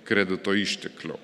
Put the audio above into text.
kredito išteklių